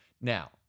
Now